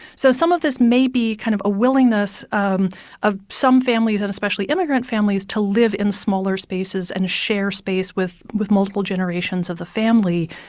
so some of this may be kind of a willingness um of some families, and especially immigrant families, to live in smaller spaces and share space with with multiple generations of the family.